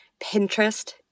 Pinterest